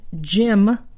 Jim